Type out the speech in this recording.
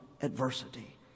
adversity